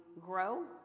grow